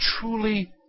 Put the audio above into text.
truly